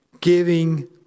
giving